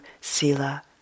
sila